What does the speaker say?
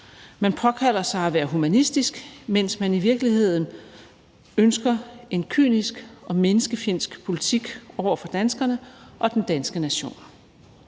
Man påkalder sig at være humanistisk, mens man i virkeligheden ønsker en kynisk og menneskefjendsk politik over for danskerne og den danske nation.